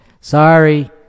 sorry